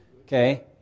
Okay